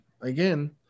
Again